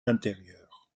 intérieure